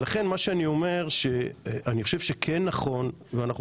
לכן אני אומר שאני חושב שנכון ואנחנו